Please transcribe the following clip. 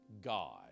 God